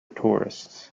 tourists